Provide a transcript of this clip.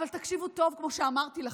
אבל תקשיבו טוב, כמו שאמרתי לכם.